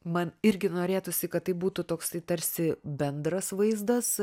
man irgi norėtųsi kad tai būtų toksai tarsi bendras vaizdas